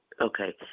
Okay